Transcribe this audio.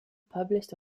published